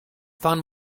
found